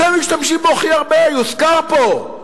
אתם משתמשים בו הכי הרבה, יוזכר פה.